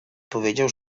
powiedział